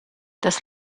das